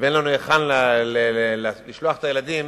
ואין לנו להיכן לשלוח את הילדים,